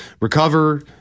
recover